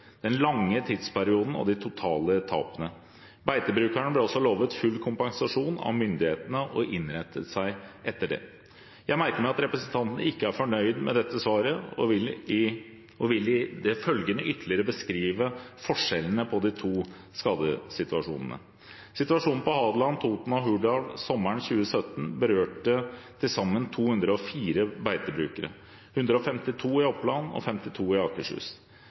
den lange tidsperioden og de totale tapene. Beitebrukerne ble også lovet full kompensasjon av myndighetene og innrettet seg etter det. Jeg merker meg at representanten ikke er fornøyd med dette svaret og vil i det følgende ytterligere beskrive forskjellene på de to skadesituasjonene. Situasjonen på Hadeland, Toten og Hurdal sommeren 2017 berørte til sammen 204 beitebrukere – 152 i Oppland og 52 i Akershus.